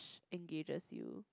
engages you